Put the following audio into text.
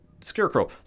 Scarecrow